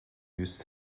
used